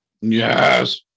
Yes